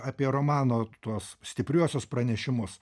apie romano tuos stipriuosius pranešimus